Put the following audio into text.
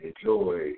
enjoy